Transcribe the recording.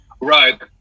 right